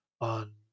on